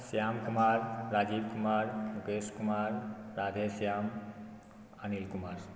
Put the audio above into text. Shyam Kumar Rajeev Kumar Mukesh Kumar Radheshyam Anil Kumar